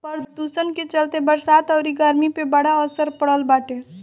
प्रदुषण के चलते बरसात अउरी गरमी पे बड़ा असर पड़ल बाटे